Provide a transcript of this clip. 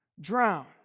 drown